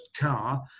car